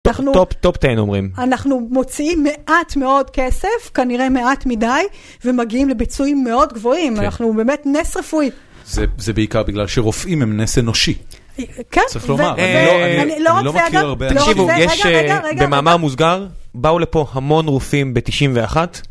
אנחנו, טופ-10 אומרים, אנחנו מוציאים מעט מאוד כסף, כנראה מעט מדי, ומגיעים לביצועים מאוד גבוהים, כן, אנחנו באמת נס רפואי. זה בעיקר בגלל שרופאים הם נס אנושי, כן.. צריך לומר, אני לא מכיר הרבה. לא רק זה אגב. אהה.. תקשיבו, רגע רגע רגע, יש במאמר מוסגר, באו לפה המון רופאים ב-91.